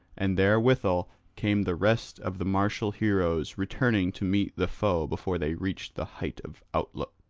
and therewithal came the rest of the martial heroes returning to meet the foe before they reached the height of outlook,